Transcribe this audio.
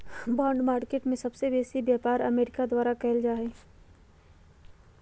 bond market में सबसे बेसी व्यापार अमेरिका द्वारा कएल जाइ छइ